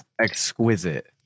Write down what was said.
exquisite